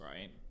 right